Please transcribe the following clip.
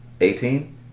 Eighteen